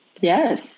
Yes